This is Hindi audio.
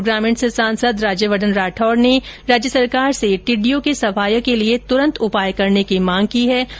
जयपुर ग्रामीण से सांसद राज्यवर्द्वन राठौड ने राज्य सरकार से टिड्डियों की सफाये के लिए तुरंत उपाय करने की मांग की है